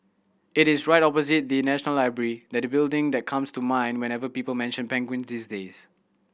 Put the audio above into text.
it is right opposite the National Library that building that comes to mind whenever people mention penguin these days